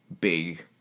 big